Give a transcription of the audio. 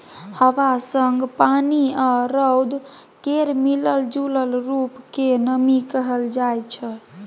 हबा संग पानि आ रौद केर मिलल जूलल रुप केँ नमी कहल जाइ छै